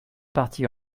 partie